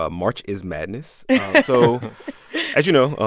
ah march is madness so as you know,